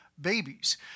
babies